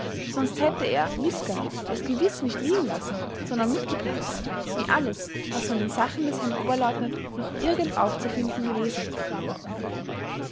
sonst hätte er miska es gewiß nicht liegen lassen sondern mitgebracht wie alles was von den sachen des herrn oberleutnant noch irgend aufzufinden gewesen